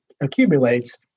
accumulates